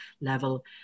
level